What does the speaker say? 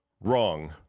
Wrong